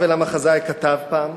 האוול המחזאי כתב פעם